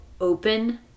open